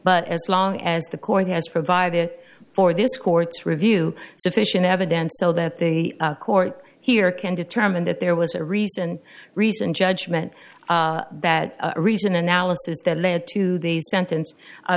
but as long as the court has provided for this court's review sufficient evidence so that the court here can determine that there was a recent reasoned judgment that reason analysis that led to the sentence